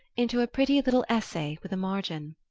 into a pretty little essay with a margin.